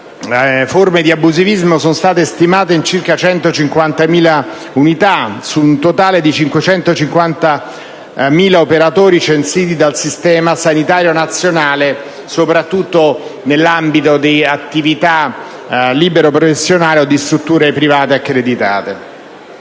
forme di abusivismo sono state stimate in circa 150.000 unità su un totale di 550.000 operatori censiti dal Servizio sanitario nazionale, soprattutto nell'ambito dell'attività libero professionale o di strutture private accreditate.